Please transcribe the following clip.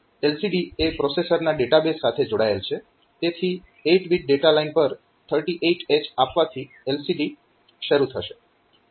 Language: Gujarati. LCD એ પ્રોસેસરના ડેટાબસ સાથે જોડાયેલ છે તેથી 8 બીટ ડેટા લાઇન પર 38H આપવાથી LCD શરૂ થશે